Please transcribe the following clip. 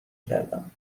کردم